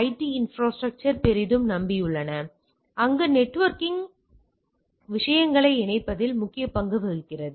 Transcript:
D infrastructure பெரிதும் நம்பியுள்ளன அங்கு நெட்வொர்க்கிங் விஷயங்களை இணைப்பதில் முக்கிய பங்கு வகிக்கிறது